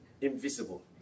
invisible